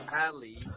Ali